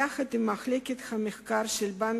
יחד עם מחלקת המחקר של הבנק,